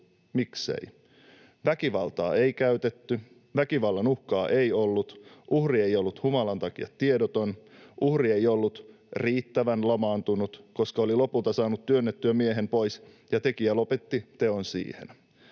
Miksei? Väkivaltaa ei käytetty, väkivallan uhkaa ei ollut, uhri ei ollut humalan takia tiedoton, uhri ei ollut riittävän lamaantunut, koska oli lopulta saanut työnnettyä miehen pois ja tekijä lopetti teon siihen.